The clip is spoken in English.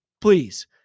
Please